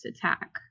attack